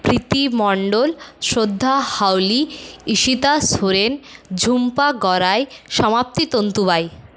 Preity Mondal Shraddha Hauli Ishita Soren Jhumpa Garai Samapti Tantubai